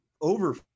over